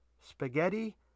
spaghetti